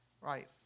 right